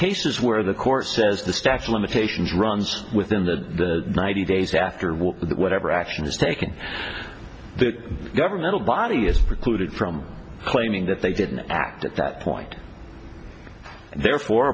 cases where the court says the statute of limitations runs within the ninety days after whatever action is taken the governmental body is precluded from claiming that they didn't act at that point and therefore